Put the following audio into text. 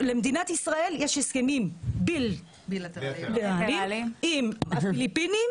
למדינת ישראל יש הסכמים בילטרליים עם הפיליפינים